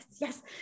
Yes